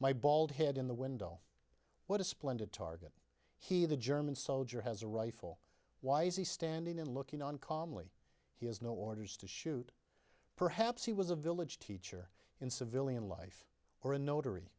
my bald head in the window what a splendid target he the german soldier has a rifle why is he standing and looking on calmly he has no orders to shoot perhaps he was a village teacher in civilian life or a notary